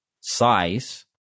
size